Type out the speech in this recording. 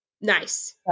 Nice